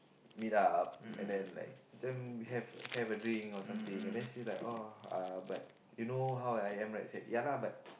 meet up and then like ~cam have have a dream or something and then she like oh uh you know how I am right say yeah lah but